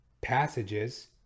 passages